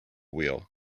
wheel